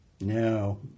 No